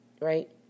right